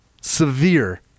Severe